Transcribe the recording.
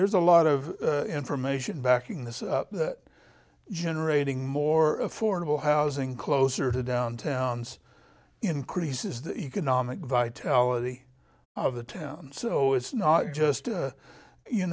there's a lot of information backing this up that generating more affordable housing closer to downtown increases the economic vitality of the town so it's not just